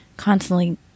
constantly